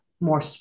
more